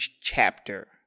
chapter